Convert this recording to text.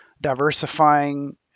diversifying